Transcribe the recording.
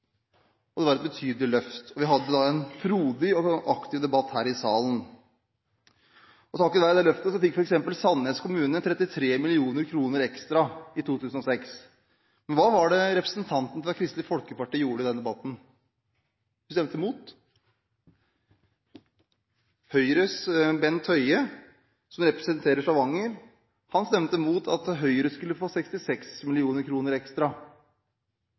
og det var et betydelig løft. Vi hadde da en frodig og aktiv debatt her i salen. Takket være det løftet fikk f.eks. Sandnes kommune 33 mill. kr ekstra i 2006. Men hva var det representanten fra Kristelig Folkeparti gjorde i den debatten? Hun stemte imot. Høyres Bent Høie, som representerte Stavanger, stemte mot at Høyre-kommunen skulle få 66 mill. kr ekstra.